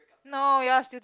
no y'all are still